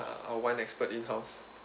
our wine expert in house